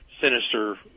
sinister